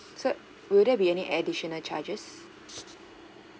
so will there be any additional charges